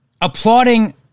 applauding